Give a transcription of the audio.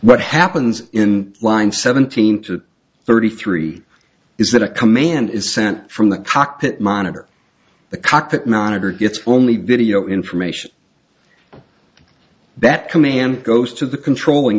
what happens in line seventeen to thirty three is that a command is sent from the cockpit monitor the cockpit monitor gets will only video information that command goes to the controlling